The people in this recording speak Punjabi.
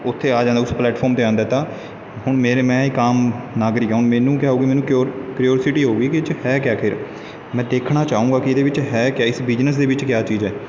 ਉੱਥੇ ਆ ਜਾਣ ਉਸ ਪਲੈਟਫੋਰਮ ਆਉਂਦਾ ਤਾਂ ਹੁਣ ਮੇਰੇ ਮੈਂ ਇੱਕ ਆਮ ਨਾਗਰਿਕ ਹਾਂ ਹੁਣ ਮੈਨੂੰ ਕਿਆ ਹੋਵੇਗੀ ਮੈਨੂੰ ਕਰਿਉ ਕਰਿਓਸਿਟੀ ਹੋਵੇਗੀ ਕਿ ਅੱਛਾ ਹੈ ਕਿਆ ਆਖਿਰ ਮੈਂ ਦੇਖਣਾ ਚਾਹੂੰਗਾ ਕਿ ਇਹਦੇ ਵਿੱਚ ਹੈ ਕਿਆ ਇਸ ਬਿਜ਼ਨਸ ਦੇ ਵਿੱਚ ਕਿਆ ਚੀਜ਼ ਹੈ